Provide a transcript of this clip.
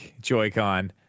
Joy-Con